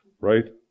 Right